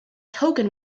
tolkien